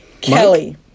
Kelly